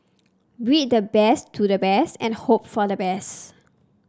breed the best to the best and hope for the best